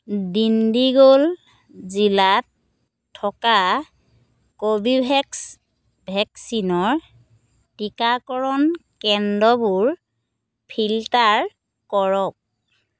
দিণ্ডিগুল জিলাত থকা কৰ্বীভেক্স ভেকচিনৰ টিকাকৰণ কেন্দ্ৰবোৰ ফিল্টাৰ কৰক